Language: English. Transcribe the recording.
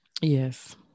Yes